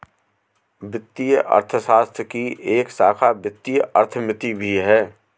वित्तीय अर्थशास्त्र की एक शाखा वित्तीय अर्थमिति भी है